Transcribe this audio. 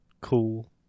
Cool